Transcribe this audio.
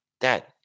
Dad